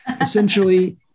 essentially